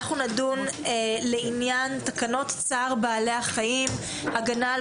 נדון על עניין תקנות צער בע"ח (הגנה על